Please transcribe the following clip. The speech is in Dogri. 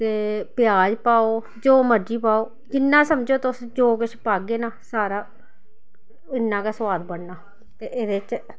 ते प्याज पाओ जो मर्जी पाओ जिन्ना समझो तुस जो किश पाग्गे ना सारा इन्ना गै सोआद बनना ते एह्दे च